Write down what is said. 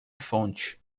fonte